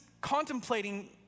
contemplating